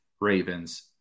Ravens